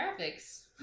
graphics